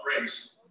race